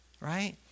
right